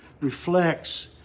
reflects